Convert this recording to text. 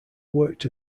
worked